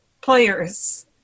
players